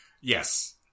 Yes